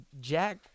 Jack